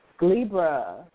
Libra